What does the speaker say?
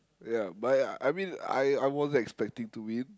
ya but I I mean I I wasn't expecting to win